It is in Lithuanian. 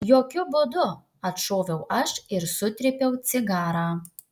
jokiu būdu atšoviau aš ir sutrypiau cigarą